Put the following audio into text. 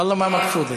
ואללה, לא במתכוון.)